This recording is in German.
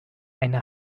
eine